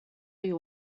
you